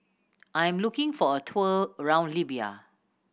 I am looking for a tour around Libya